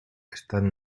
están